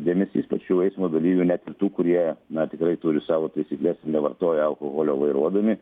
dėmesys pačių eismo dalyvių net ir tų kurie na tikrai turi savo taisykles ir nevartoja alkoholio vairuodami